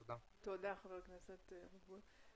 תודה.ץ תודה חבר הכנסת אבוטבול.